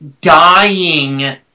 dying